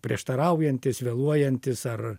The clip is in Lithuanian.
prieštaraujantis vėluojantis ar